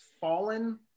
fallen